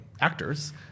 actors